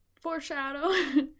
Foreshadow